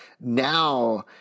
now